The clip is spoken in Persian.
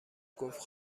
گفت